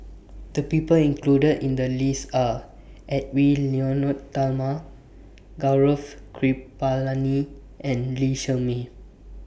The People included in The list Are Edwy Lyonet Talma Gaurav Kripalani and Lee Shermay